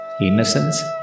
Innocence